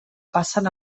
passen